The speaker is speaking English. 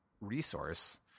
resource